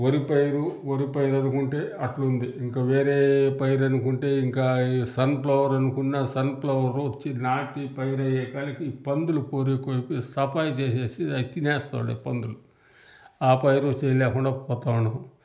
వరి పైరు వరి పైరనుకుంటే అట్లుంది ఇంక వేరే పైరనుకుంటే ఇంకా ఈ సన్ఫ్లవర్ అనుకున్నా సన్ఫ్లవరు వొచ్చి నాటి పైరు అయ్యేకాటికి పందులు పోరెక్కువైపోయ్ సపాయి చేసేసి దాన్ని తినేస్తావున్నాయ్ పందులు ఆ పైరు చేయలేకుండా పోతా ఉండాము